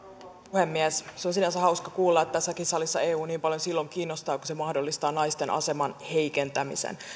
puhemies se on sinänsä hauska kuulla että tässäkin salissa eu niin paljon silloin kiinnostaa kun se mahdollistaa naisten aseman heikentämisen